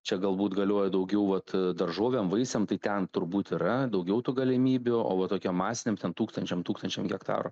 čia galbūt galioja daugiau vat daržovėm vaisiam tai ten turbūt yra daugiau tų galimybių o va tokiam masiniam ten tūkstančiam tūkstančiam hektarų